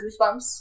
goosebumps